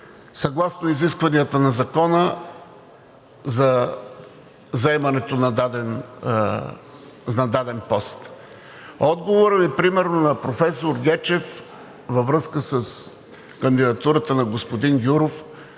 съгласно изискванията на Закона за заемането на даден пост. Отговорът Ви, примерно на професор Гечев, във връзка с кандидатурата на господин Гюров